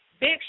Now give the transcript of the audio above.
big